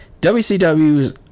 WCW's